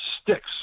sticks